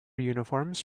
uniforms